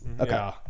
okay